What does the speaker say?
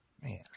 Man